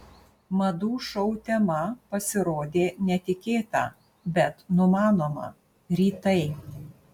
madų šou tema pasirodė netikėta bet numanoma rytai